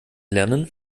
lernen